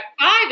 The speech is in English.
five